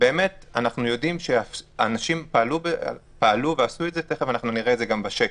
אנחנו יודעים שאנשים פעלו ועשו את זה ותכף גם נראה את זה בשקף.